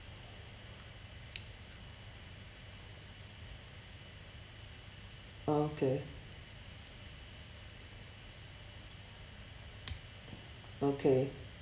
okay okay